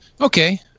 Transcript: Okay